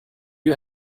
you